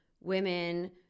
women